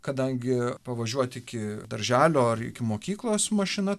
kadangi pavažiuot iki darželio ar iki mokyklos mašina